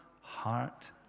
heart